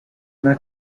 una